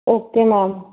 okay ma'am